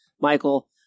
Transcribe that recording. Michael